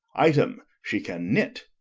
item she can knit